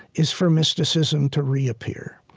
is for mysticism to reappear.